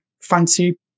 fancy